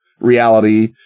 reality